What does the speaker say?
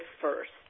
first